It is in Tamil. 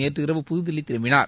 நேற்றிரவு புதுதில்லி திரும்பினார்